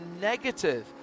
negative